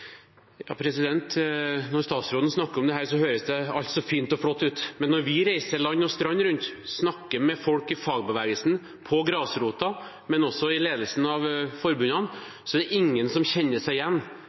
Når statsråden snakker om dette, høres det fint og flott ut, men når vi reiser land og strand rundt og snakker med folk på grasrota i fagbevegelsen, men også i ledelsen av